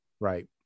right